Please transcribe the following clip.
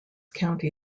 county